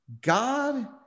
God